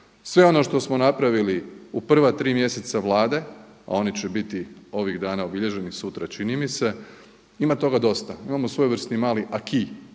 Sve ono što smo napravili u prva tri mjeseca Vlade, a oni će biti ovih dana obilježeni, sutra čini mi se. Ima toga dosta, imamo svojevrsni mali acquis